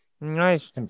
Nice